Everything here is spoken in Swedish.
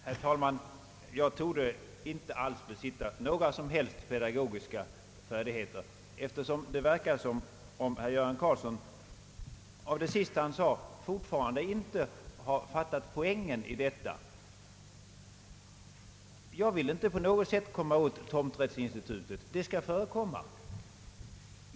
Herr talman! Jag torde inte alls besitta några som helst pedagogiska färdigheter, eftersom det verkar av herr Göran Karlssons anförande som om han fortfarande inte har fattat poängen i detta. Jag vill inte på något sätt komma åt tomträttsinstitutet. Det skall förekomma.